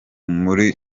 muri